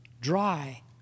dry